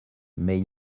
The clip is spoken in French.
mais